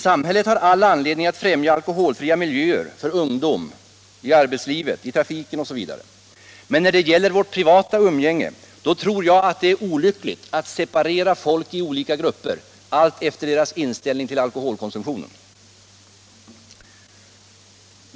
Samhället har all anledning att främja alkoholfria miljöer för ungdomen, i arbetslivet, i trafiken osv. Men när det gäller vårt privata umgänge tror jag det är olyckligt med en separation av folk i olika grupper allt efter deras inställning till alkoholen.